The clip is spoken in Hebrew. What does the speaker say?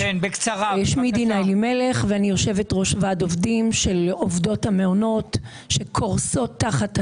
אני יושבת-ראש ועד עובדים של עובדות המעונות שקורסות תחת הנטל.